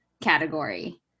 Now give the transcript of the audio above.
Category